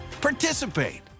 participate